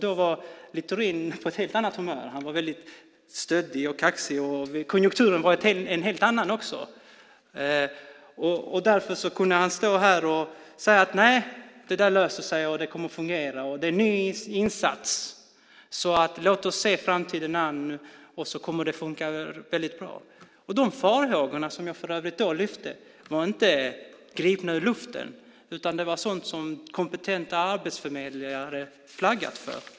Då var Littorin på ett helt annat humör. Han var väldigt stöddig och kaxig. Konjunkturen var en helt annan också. Därför kunde han stå här och säga att det där löser sig. Det kommer att fungera. Det är en ny insats. Låt oss se framtiden an. Det kommer att funka väldigt bra. De farhågor som jag då lyfte fram var för övrigt inte gripna ur luften. Det var sådant som kompetenta arbetsförmedlare flaggat för.